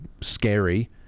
scary